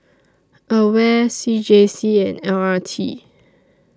AWARE C J C and L R T